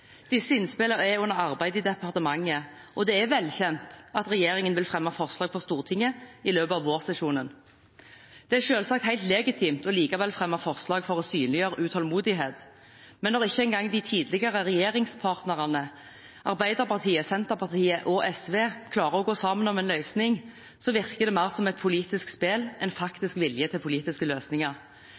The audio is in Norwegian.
Disse innspillene er under arbeid i departementet, og det er velkjent at regjeringen vil fremme forslag for Stortinget i løpet av vårsesjonen. Det er selvsagt helt legitimt likevel å fremme forslag for å synliggjøre utålmodighet. Men når ikke engang de tidligere regjeringspartnerne Arbeiderpartiet, Senterpartiet og SV klarer å gå sammen om én løsning, virker det mer som et politisk spill enn faktisk vilje til politiske løsninger.